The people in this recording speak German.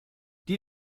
die